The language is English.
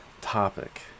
topic